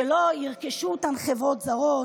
שלא ירכשו אותן חברות זרות,